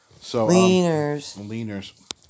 Leaners